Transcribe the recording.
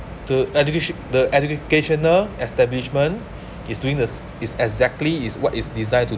the education the educational establishment is doing the s~ is exactly is what is designed to